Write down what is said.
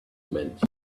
meant